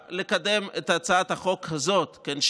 לקדם את הצעת החוק הזאת לפני כולן דווקא,